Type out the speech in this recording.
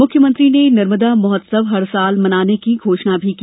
मुख्यमंत्री ने नर्मदा महोत्सव हर साल मनाने की घोषणा भी की